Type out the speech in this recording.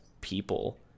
people